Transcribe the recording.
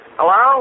Hello